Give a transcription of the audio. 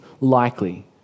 likely